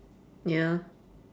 ya